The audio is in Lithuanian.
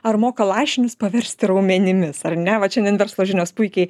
ar moka lašinius paversti raumenimis ar ne vat šiandien verslo žinios puikiai